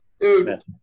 Dude